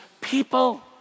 people